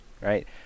Right